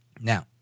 now